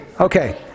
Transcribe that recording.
Okay